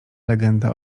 legenda